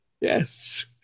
Yes